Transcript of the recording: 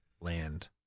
land